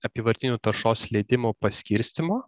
apyvartinių taršos leidimų paskirstymo